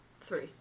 Three